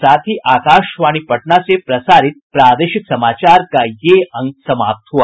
इसके साथ ही आकाशवाणी पटना से प्रसारित प्रादेशिक समाचार का ये अंक समाप्त हुआ